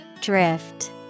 Drift